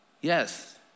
Yes